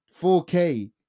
4K